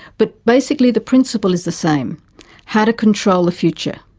but basically the principle is the same how to control the future,